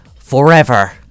Forever